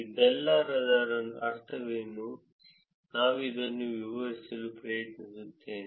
ಇದೆಲ್ಲದರ ಅರ್ಥವೇನು ನಾನು ಇದನ್ನು ವಿವರಿಸಲು ಪ್ರಯತ್ನಿಸುತ್ತೇನೆ